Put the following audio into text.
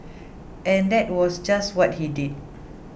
and that was just what he did